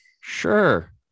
Sure